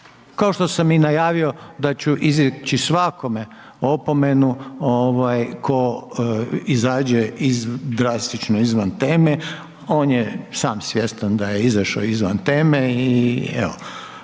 kao što sam i najavio da ću izreći svakome opomenu ko izađe drastično izvan teme, on je sam svjestan da je izašao izvan teme i evo.